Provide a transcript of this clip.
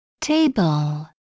Table